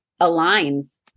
aligns